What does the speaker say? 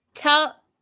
Tell